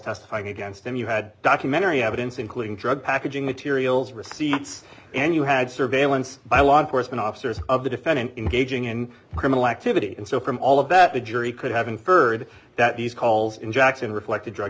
testifying against him you had documentary evidence including drug packaging materials receipts and you had surveillance by law enforcement officers of the defendant engaging in criminal activity and so from all of that the jury could have inferred that these calls in jackson reflected drug